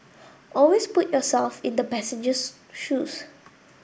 always put yourself in the passenger's shoes